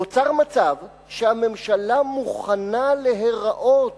נוצר מצב שהממשלה מוכנה להיראות